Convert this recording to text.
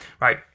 right